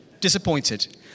Disappointed